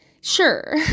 sure